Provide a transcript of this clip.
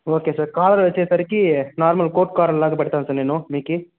okay sir collar వచ్చేసరికి normal coat collar లాగ పెడతాను సార్ మీకు